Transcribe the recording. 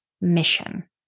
mission